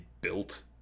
built